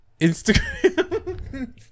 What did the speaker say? Instagram